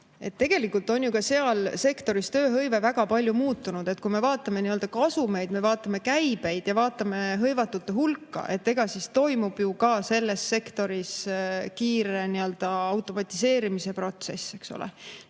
Tegelikult on ju ka seal sektoris tööhõive väga palju muutunud. Kui me vaatame kasumeid, vaatame käibeid ja vaatame hõivatute hulka, siis toimub ka selles sektoris kiire automatiseerimisprotsess.